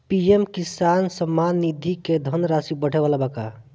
PM Kisan Samman Nidhi क धनराशि बढ़े वाला बा का?